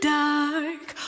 dark